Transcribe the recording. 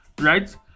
right